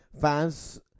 Fans